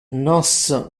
nos